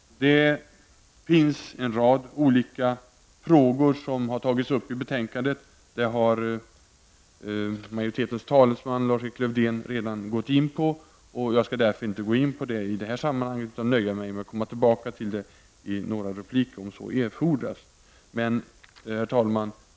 En rad olika frågor har tagits upp i betänkandet. Majoritetens talesman Lars-Erik Lövdén har dock redan gått in på dem. Därför nöjer jag mig med att säga att jag kommer tillbaka till de frågorna i en replik om så erfordras. Herr talman!